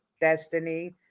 Destiny